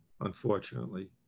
unfortunately